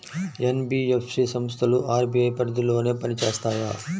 NBFC సంస్థలు RBI పరిధిలోనే పని చేస్తాయా?